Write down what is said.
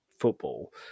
football